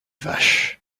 vache